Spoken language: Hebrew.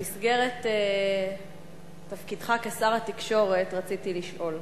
במסגרת תפקידך כשר התקשורת, רציתי לשאול: